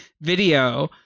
video